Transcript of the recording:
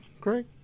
Craig